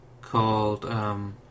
called